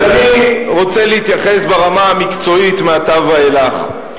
אז אני רוצה להתייחס ברמה המקצועית, מעתה ואילך.